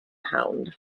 hound